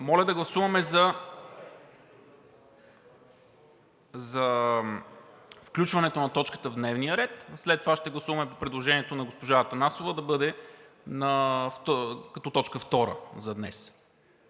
Моля да гласуваме за включването на точката в дневния ред, след това ще гласуваме предложението на госпожа Атанасова да бъде като точка втора за днес.